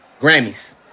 Grammys